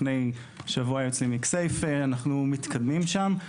לפני שבוע היו אצלי מכסייפה, אנחנו מתקדמים שם.